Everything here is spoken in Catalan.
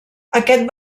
aquest